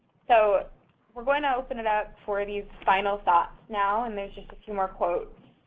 so we're going to open it up for these final thoughts now and there's just a few more quotes.